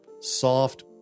soft